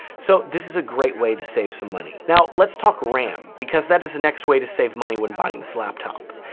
so this is a great way to save some money. now let's talk ram, because that is the next way to save money when buying this laptop.